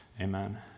amen